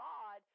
God